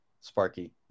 Sparky